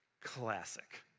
classic